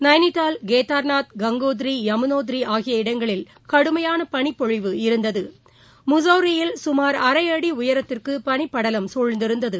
நைனிடால் கேதர்நாத் கங்கோத்ரி யமுநோத்ரிஆகிய இடங்களில் கடுமையானபளிப்பொழிவு இருந்தது முசௌரியில் சுமார் அரைஅடிஉயரத்துக்குபனிபடலம் சூழ்ந்திருந்தது